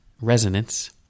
resonance